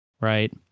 right